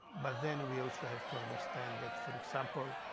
but then, we also have to understand that, for example,